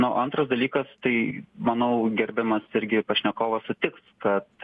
na o antras dalykas tai manau gerbiamas irgi pašnekovas sutiks kad